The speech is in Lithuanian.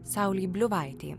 saulei bliuvaitė